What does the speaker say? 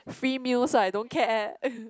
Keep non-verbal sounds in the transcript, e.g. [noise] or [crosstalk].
free meal so I don't care [laughs]